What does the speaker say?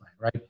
right